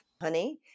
honey